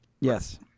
Yes